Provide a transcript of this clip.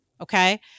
okay